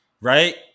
Right